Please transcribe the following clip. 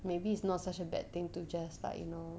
maybe it's not such a bad thing to just like you know